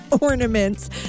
ornaments